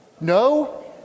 No